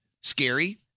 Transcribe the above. Scary